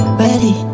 ready